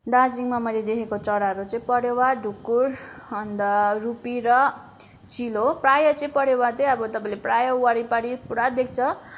दार्जिलिङमा मैले देखेको चराहरू चाहिँ परेवा ढुकुर अन्त रुपी र चिल हो प्रायः चाहिँ परेवा चाहिँ अब तपाईँले प्रायः वारिपारि पुरा देख्छ